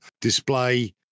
display